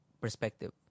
perspective